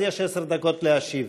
אז יש עשר דקות להשיב.